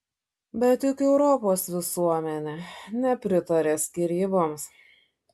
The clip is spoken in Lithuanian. bet juk europos visuomenė nepritaria skyryboms